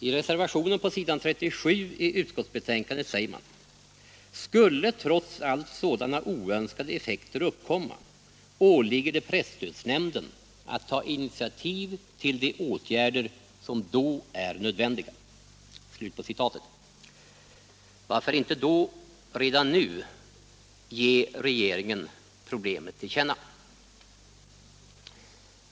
I reservationen på s. 37 i utskottsbetänkandet säger man: ”Skulle trots allt sådana oönskade effekter uppkomma åligger det presstödsnämnden att ta initiativ till de åtgärder som då är nödvändiga.” Varför inte i så fall redan nu ge regeringen problemet till känna.